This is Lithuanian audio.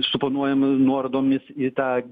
suponuojam nuorodomis į tą